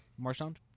Marshawn